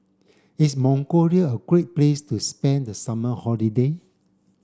is Mongolia a great place to spend the summer holiday